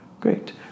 Great